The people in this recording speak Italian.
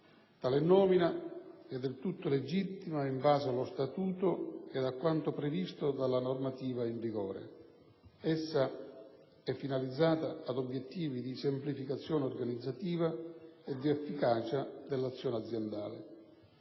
Tale nomina è del tutto legittima in base allo statuto e a quanto previsto dalla normativa in vigore; essa è finalizzata a obiettivi di semplificazione organizzativa e di efficacia dell'azione aziendale.